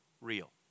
real